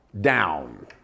down